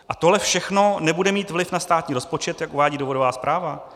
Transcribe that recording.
A tohle všechno nebude mít vliv na státní rozpočet, jak uvádí důvodová zpráva?